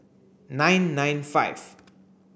nine nine five